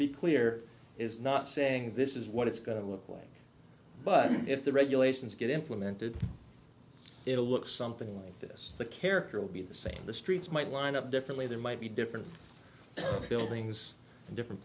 be clear is not saying this is what it's going to look like but if the regulations get implemented it'll look something like this the character will be the same the streets might line up differently there might be different buildings and different